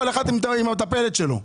כל אחד עם המטפלת שלו.